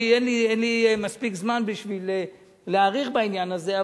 אין לי מספיק זמן בשביל להאריך בעניין הזה,